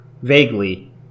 Vaguely